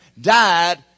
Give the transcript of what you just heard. died